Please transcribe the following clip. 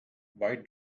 why